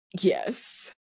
yes